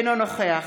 אינו נוכח